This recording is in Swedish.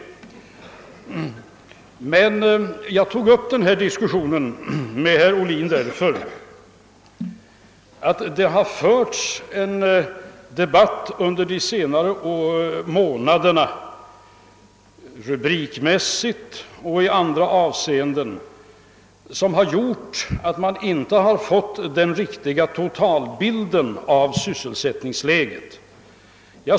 Jag tog emellertid upp den här diskussionen med herr Ohlin därför att det under de senaste månaderna förts en debatt, rubrikmässigt och i andra avssenden, som gjort att man inte fått den riktiga totalbilden av sysselsättningsläget.